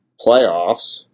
playoffs